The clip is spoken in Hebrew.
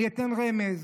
אני אתן רמז: